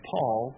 Paul